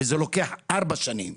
וזה לוקח ארבע שנים.